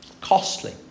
Costly